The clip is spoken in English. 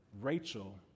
Rachel